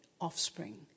offspring